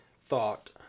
thought